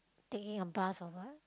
thinking a bus or what